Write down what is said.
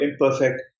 imperfect